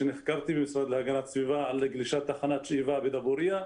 שנחקרתי במשרד להגנת הסביבה על גלישת תחנת השאיבה בדבוריה.